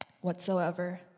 whatsoever